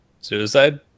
Suicide